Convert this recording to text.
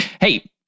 Hey